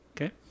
Okay